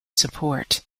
support